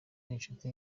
inshuti